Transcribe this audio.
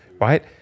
right